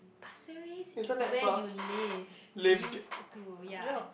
Pasir-Ris is where you live used to ya